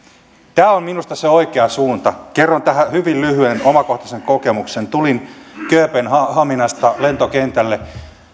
tämä on minusta se oikea suunta kerron tähän hyvin lyhyesti omakohtaisen kokemuksen tulin kööpenhaminasta lentokentälle